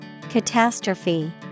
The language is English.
Catastrophe